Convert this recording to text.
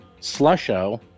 Slusho